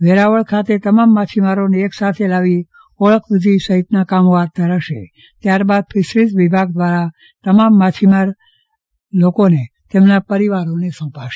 વેરાવળ ખાતે તમામ માછીમારોને એક સાથે લાવી ઓળખવિષિ સહિતના કામ હાથ ધરાશે ત્યાર બાદ ફિશરીઝ વિભાગ દ્વારા તમામ માછીમાર ભાઇને તેમના પરિવારને સોંપાશે